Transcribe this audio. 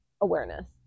awareness